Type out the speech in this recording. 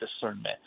discernment